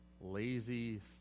lazy